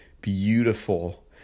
beautiful